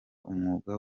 umwuga